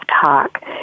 talk